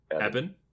Eben